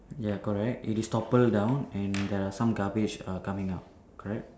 ya correct it is topple down and err some garbage err coming out correct